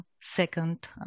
second